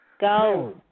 Go